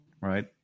right